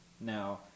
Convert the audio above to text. now